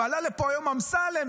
ועלה לפה היום אמסלם,